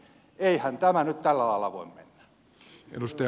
eihän tämä nyt tällä lailla voi mennä